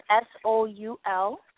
S-O-U-L